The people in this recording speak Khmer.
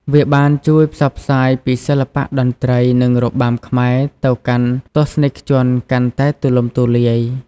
វាបានជួយផ្សព្វផ្សាយពីសិល្បៈតន្ត្រី និងរបាំខ្មែរទៅកាន់ទស្សនិកជនកាន់តែទូលំទូលាយ។